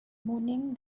moaning